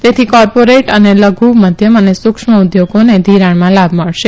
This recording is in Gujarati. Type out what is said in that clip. તેનાથી કોર્પોરેટ અને લધુ મધ્યમ અને સુક્ષ્મ ઉદ્યોગોને ઘિરાણમાં લાભ મળશે